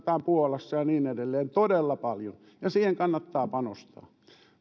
puolassa ja niin edelleen todella paljon ja siihen kannattaa panostaa